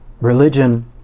religion